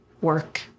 work